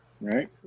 Right